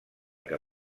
que